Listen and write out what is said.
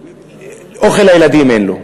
אוכל לילדים אין לו.